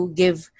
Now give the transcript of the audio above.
give